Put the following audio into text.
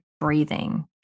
breathing